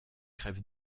crève